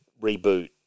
reboot